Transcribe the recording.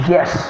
Yes